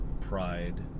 pride